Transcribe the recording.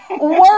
work